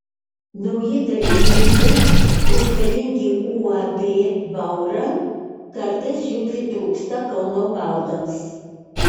nauji darbininkai reikalingi uab vaura kartais jų pritrūksta kauno baldams